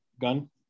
gun